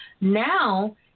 now